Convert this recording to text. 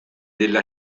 della